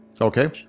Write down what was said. Okay